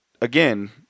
again